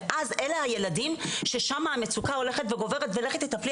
ואז אלה הילדים ששם המצוקה הולכת וגוברת ולכי תטפלי